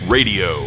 Radio